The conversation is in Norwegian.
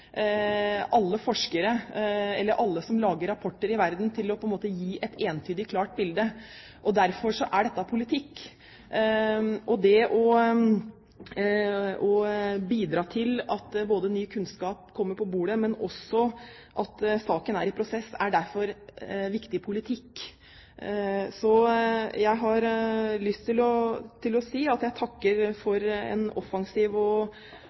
alle forskere, eller alle som lager rapporter i verden, til å gi et entydig klart bilde. Derfor er dette politikk. Det å bidra til at ny kunnskap kommer på bordet, og også til at saken er i prosess, er viktig politikk. Så jeg har lyst til å takke for en offensiv og grundig gjennomgang fra utenriksministeren. Jeg er fornøyd med at man tenker at denne saken skal være i en